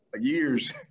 years